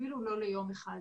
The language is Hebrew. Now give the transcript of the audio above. אפילו לא ליום אחד.